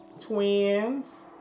twins